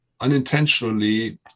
unintentionally